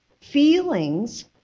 Feelings